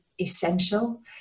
essential